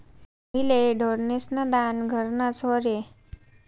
पहिले ढोरेस्न दान घरनंच र्हाये